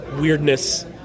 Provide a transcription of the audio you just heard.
weirdness